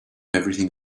everything